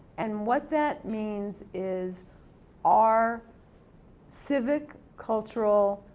and, what that means is our civic, cultural,